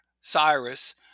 Cyrus